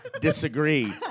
disagree